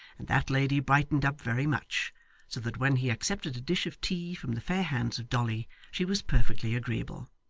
and that lady brightened up very much so that when he accepted a dish of tea from the fair hands of dolly, she was perfectly agreeable.